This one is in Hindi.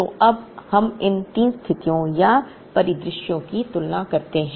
तो अब हम तीन स्थितियों या परिदृश्यों की तुलना करते हैं